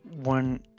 one